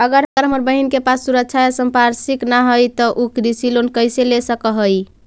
अगर हमर बहिन के पास सुरक्षा या संपार्श्विक ना हई त उ कृषि लोन कईसे ले सक हई?